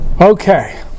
Okay